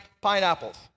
pineapples